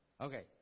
Okay